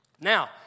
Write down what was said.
Now